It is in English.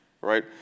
right